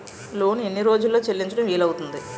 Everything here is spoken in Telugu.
లోన్ ఎన్ని రోజుల్లో చెల్లించడం వీలు అవుతుంది?